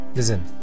Listen